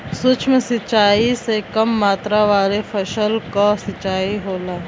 सूक्ष्म सिंचाई से कम मात्रा वाले फसल क सिंचाई होला